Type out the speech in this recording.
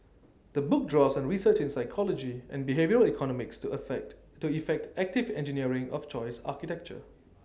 the book draws on research in psychology and behavioural economics to affect to effect active engineering of choice architecture